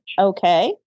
Okay